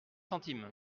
centimes